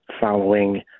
following